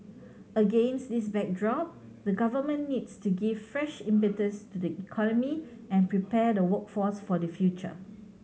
against this backdrop the Government needs to give fresh impetus to the economy and prepare the workforce for the future